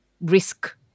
risk